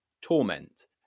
torment